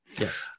Yes